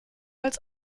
als